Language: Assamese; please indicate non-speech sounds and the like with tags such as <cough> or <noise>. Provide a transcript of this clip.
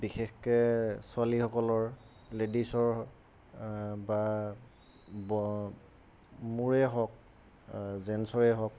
বিশেষকৈ ছোৱালীসকলৰ লেডিছৰ বা <unintelligible> মোৰেই হওক জেন্সৰে হওক